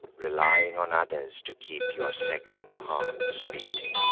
relying on others to keep your second hearts beating.